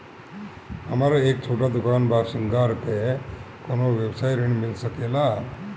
हमर एक छोटा दुकान बा श्रृंगार के कौनो व्यवसाय ऋण मिल सके ला?